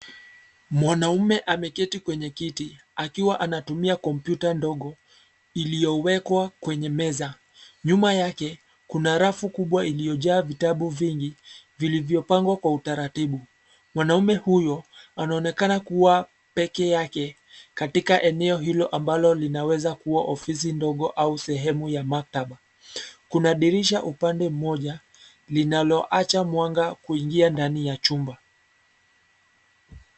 Mwanaume ameketi kwenye kiti akiwa anatumia kompyuta ndogo iliyowekwa kwenye meza. Nyuma yake kuna rafu kubwa iliyojaa vitabu vingi vilivyopangwa kwa utaratibu. Mwanaume huyo anaonekana kua peke yake katika eneo hilo ambalo linaweza kua ofisi ndogo au sehemu ya maktaba. Kuna dirisha upande mmoja linaloacha mwanga kuingia ndani ya chumba.